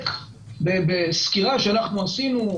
בסקירה שעשינו,